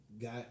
got